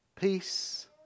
peace